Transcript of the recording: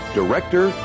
director